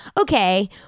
okay